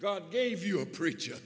god gave you a preacher